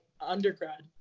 undergrad